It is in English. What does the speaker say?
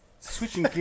Switching